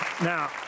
Now